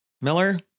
miller